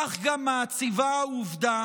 כך גם מעציבה העובדה